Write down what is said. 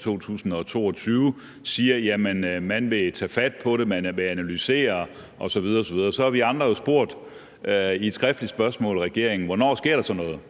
2022 siger, at man vil tage fat på det, man vil analysere det osv. osv. Så har vi andre jo i et skriftligt spørgsmål spurgt regeringen: Hvornår sker der så noget,